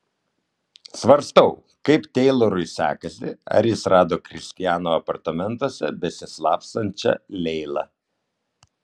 svarstau kaip teilorui sekasi ar jis rado kristiano apartamentuose besislapstančią leilą